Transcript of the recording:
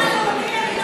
אתה המחנך הלאומי,